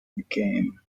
became